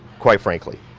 quite frankly.